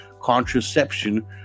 contraception